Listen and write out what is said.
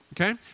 Okay